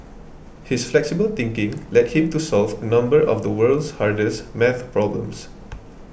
his flexible thinking led him to solve a number of the world's hardest math problems